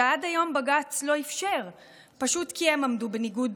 שעד היום בג"ץ לא אפשר פשוט כי הם עמדו בניגוד